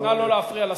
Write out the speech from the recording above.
נא לא להפריע לדובר.